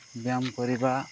ବ୍ୟାୟାମ କରିବା